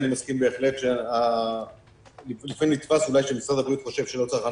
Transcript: אני מסכים בהחלט שלצורכי משרד אולי משרד הבריאות חושב שלא צריך.